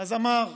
אז אמר,